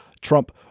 Trump